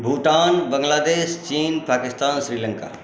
भूटान बांग्लादेश चीन पाकिस्तान श्रीलङ्का